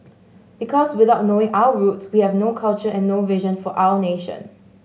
because without knowing our roots we have no culture and no vision for our nation